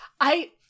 I-